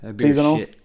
seasonal